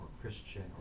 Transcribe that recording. Christian